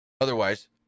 Otherwise